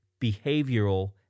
behavioral